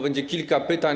Będzie kilka pytań.